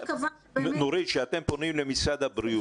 כשאתם פונים למשרד הבריאות,